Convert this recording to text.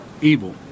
evil